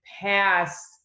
past